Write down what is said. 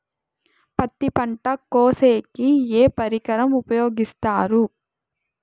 పత్తి పంట కోసేకి ఏ పరికరం ఉపయోగిస్తారు?